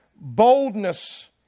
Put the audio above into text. boldness